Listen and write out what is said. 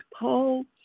Paul